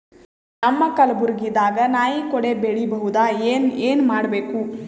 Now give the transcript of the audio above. ನಮ್ಮ ಕಲಬುರ್ಗಿ ದಾಗ ನಾಯಿ ಕೊಡೆ ಬೆಳಿ ಬಹುದಾ, ಏನ ಏನ್ ಮಾಡಬೇಕು?